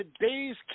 today's